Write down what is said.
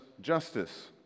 Justice